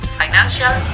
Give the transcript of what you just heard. financial